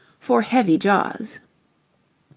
for heavy jaws.